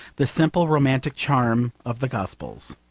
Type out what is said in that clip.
the simple romantic charm of the gospels.